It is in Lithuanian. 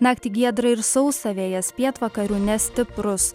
naktį giedra ir sausa vėjas pietvakarių nestiprus